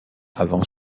avant